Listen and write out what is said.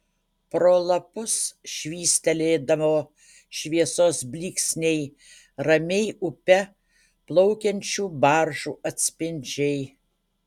pro lapus švystelėdavo šviesos blyksniai ramiai upe plaukiančių baržų atspindžiai